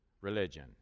religion